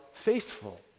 faithful